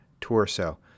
torso